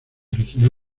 originó